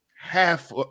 half